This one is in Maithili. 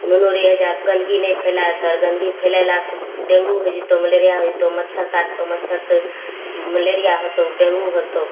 नुनू रे एहिजा गन्दगी नहि फैला कर गन्दगी फैलैला सँ डेंगू होइ जतौ मलेरिया होइ जतौ मच्छड़ काटतौ मच्छड़ सँ मलेरिया होतौ डेंगू होतौ